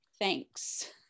thanks